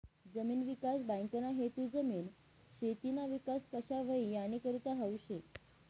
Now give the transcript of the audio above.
जमीन विकास बँकना हेतू जमीन, शेतीना विकास कशा व्हई यानीकरता हावू शे